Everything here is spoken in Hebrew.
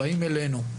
באים אלינו.